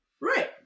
Right